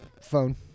phone